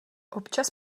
občas